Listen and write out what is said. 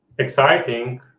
exciting